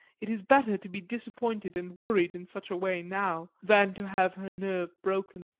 it is better to be disappointed and worried in such a way now than to have her nerve broken.